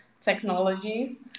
technologies